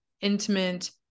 intimate